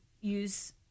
use